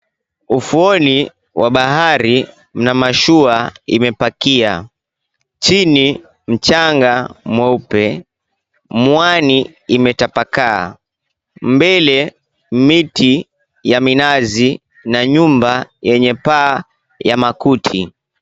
Ufuoni mwa bahari una mashua imepakia, chini mchanga mwupe mwani imetapakaa. Mbele mti ya minazi na nyuma nyumba yenye paa ya makuti.